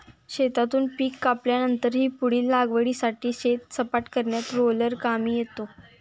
शेतातून पीक कापल्यानंतरही पुढील लागवडीसाठी शेत सपाट करण्यात रोलर कामी येतो